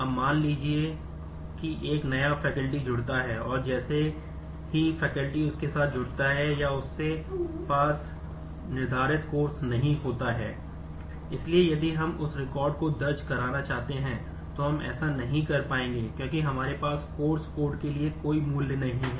अब मान लीजिए कि एक नया faculty जुड़ता है और जैसे ही faculty उसके साथ जुड़ता है या उसके पास निर्धारित course नहीं होता है